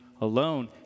alone